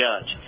judge